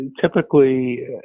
typically